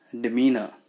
demeanor